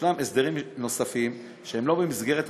ישנם הסדרים נוספים שהם לא במסגרת החקיקה,